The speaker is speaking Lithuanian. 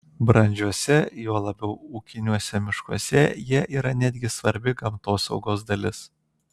brandžiuose juo labiau ūkiniuose miškuose jie yra netgi svarbi gamtosaugos dalis